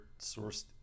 sourced